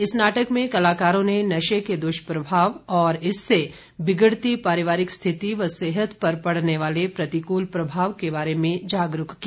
इस नाटक में कलाकारों ने नशे के द्वष्प्रभाव और इससे बिगड़ती परिवारिक स्थिति व सेहत पर पड़ने वाले प्रतिकूल प्रभाव के बारे में जागरूक किया